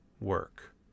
work